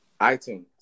iTunes